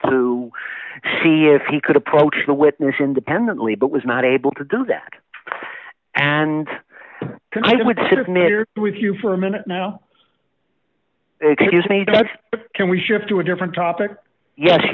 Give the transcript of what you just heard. to see if he could approach the witness independently but was not able to do that and then i would sit near with you for a minute now excuse me that's can we shift to a different topic yes